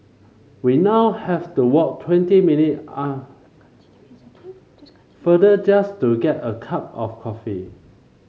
we now have to walk twenty minute are farther just to get a cup of coffee